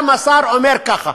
גם השר אומר ככה.